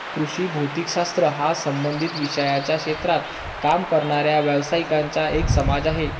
कृषी भौतिक शास्त्र हा संबंधित विषयांच्या क्षेत्रात काम करणाऱ्या व्यावसायिकांचा एक समाज आहे